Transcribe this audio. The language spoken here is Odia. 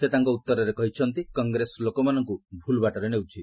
ସେ ତାଙ୍କ ଉତ୍ତରରେ କହିଛନ୍ତି କଂଗ୍ରେସ ଲୋକମାନଙ୍କୁ ଭୁଲ୍ ବାଟରେ ନେଉଛି